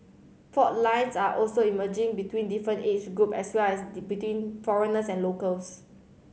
fault lines are also emerging between different age groups as well as the between foreigners and locals